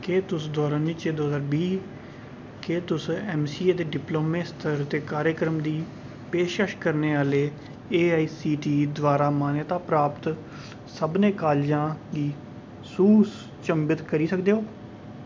क्या तुस दो ज्हार उन्नी दो ज्हार बीह् क्या तुस ऐम्मसीए दे डिप्लोमें स्तर दे कार्यक्रम दी पेशकश करने आह्ले एआईसीटीई द्वारा मान्यता प्राप्त सभनें कालजां गी सूचंबद्ध करी सकदे ओ